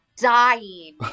dying